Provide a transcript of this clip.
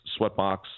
Sweatbox